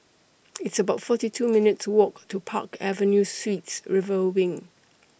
It's about forty two minutes' Walk to Park Avenue Suites River Wing